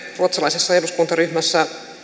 ruotsalaisessa eduskuntaryhmässä